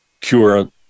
cure